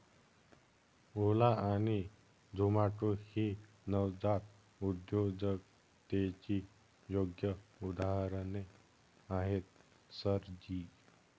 ओला आणि झोमाटो ही नवजात उद्योजकतेची योग्य उदाहरणे आहेत सर जी